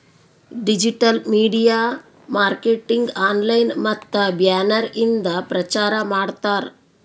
digital media marketing online ಮತ್ತ banner ಇಂದ ಪ್ರಚಾರ್ ಮಾಡ್ತಾರ್